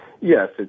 Yes